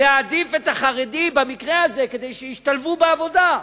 להעדיף את החרדים במקרה הזה, כדי שישתלבו בעבודה.